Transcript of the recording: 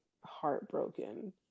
heartbroken